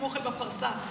מהביקור האחרון.